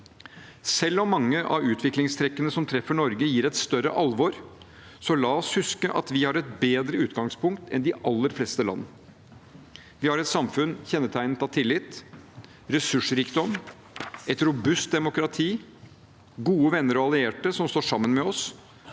Selv om mange av utviklingstrekkene som treffer Norge, gir et større alvor, la oss huske at vi har et bedre utgangspunkt enn de aller fleste land. Vi har et samfunn kjennetegnet av tillit, ressursrikdom, et robust demokrati, gode venner og allierte som står sammen med oss,